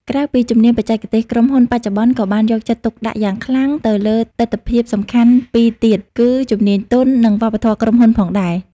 ក្រៅពីជំនាញបច្ចេកទេស ក្រុមហ៊ុនបច្ចុប្បន្នក៏បានយកចិត្តទុកដាក់យ៉ាងខ្លាំងទៅលើទិដ្ឋភាពសំខាន់ពីរទៀតគឺ ជំនាញទន់ និងវប្បធម៌ក្រុមហ៊ុនផងដែរ។